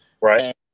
right